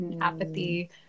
apathy